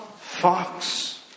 fox